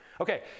Okay